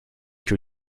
que